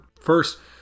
first